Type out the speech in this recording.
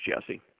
Jesse